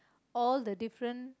all the different